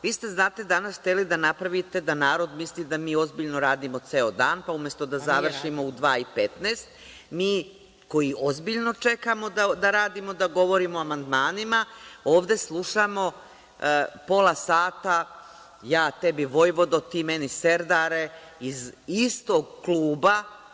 Vi ste, znate, danas hteli da napravite da narod misli da mi ozbiljno radimo ceo dan, pa umesto da završimo u dva i petnaest, mi koji ozbiljno čekamo da radimo, da govorimo o amandmanima, ovde slušamo pola sata – ja tebi vojvodo, ti meni serdare iz istog kluba.